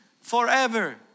forever